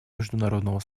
международного